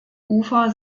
ufer